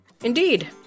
Indeed